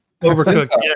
Overcooked